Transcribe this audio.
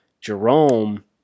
Jerome